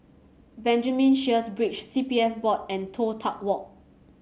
Benjamin Sheares Bridge C P F Board and Toh Tuck Walk